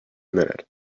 minute